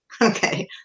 Okay